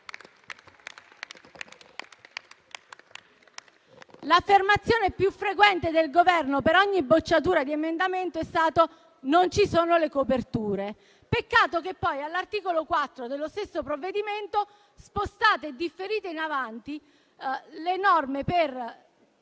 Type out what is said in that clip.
L'affermazione più frequente del Governo per ogni bocciatura di emendamento è stata quella per cui non ci sarebbero le coperture. Peccato che poi, all'articolo 4 dello stesso provvedimento, spostate e differite in avanti le norme per